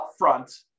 upfront